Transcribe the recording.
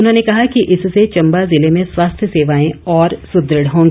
उन्होंने कहा कि इससे चम्बा जिले में स्वास्थ्य सेवाएं और सुदृढ़ होंगी